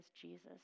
Jesus